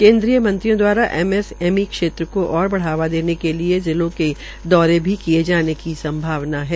केन्द्रीय मंत्रियों दवारा एमएसएमई क्षेत्र को ओर बढ़ावा देने के लिए जिलों के दौरे किये जाने की संभावना है